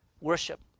Worship